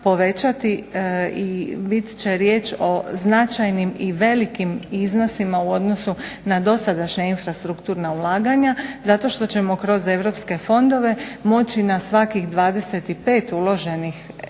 i biti će riječ o značajnim i velikim iznosima u odnosu na dosadašnja infrastrukturna ulaganja zato što ćemo kroz europske fondove moći na svakih 25 uloženih naših